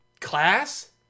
class